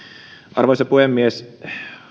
arvoisa puhemies